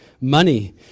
money